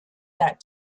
that